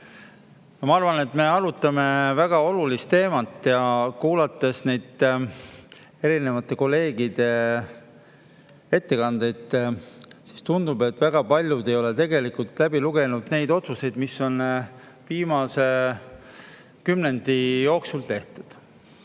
Ma arvan, et me arutame väga olulist teemat. Kuulates erinevate kolleegide ettekandeid, tundub, et väga paljud ei ole tegelikult läbi lugenud otsuseid, mis on viimase kümnendi jooksul tehtud.